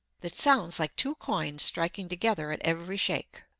that sounds like two coins striking together at every shake.